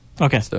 Okay